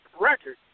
record